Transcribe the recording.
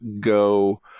go